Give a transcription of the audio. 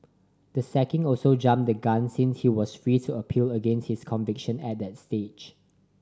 the sacking also jumped the gun since he was free to appeal against his conviction at that stage